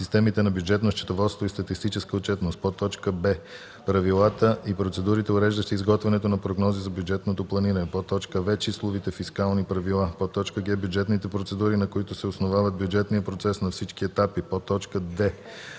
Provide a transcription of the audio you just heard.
системите на бюджетно счетоводство и статистическа отчетност; б) правилата и процедурите, уреждащи изготвянето на прогнози за бюджетното планиране; в) числовите фискални правила; г) бюджетните процедури, на които се основава бюджетният процес на всички етапи; д)